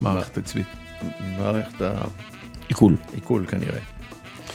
‫מערכת העצבים, מערכת ה- עיכול, עיכול כנראה.